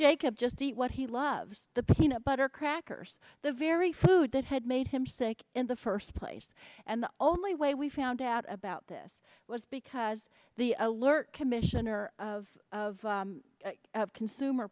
jacob just eat what he loves the peanut butter crackers the very food that had made him sick in the first place and the only way we found out about this was because the alert commissioner of of consumer